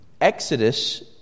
Exodus